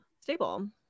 stable